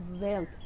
wealth